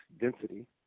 density